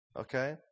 Okay